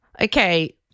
Okay